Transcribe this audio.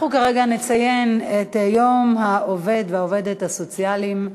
אנחנו כרגע נציין את יום העובד והעובדת הסוציאליים,